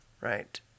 right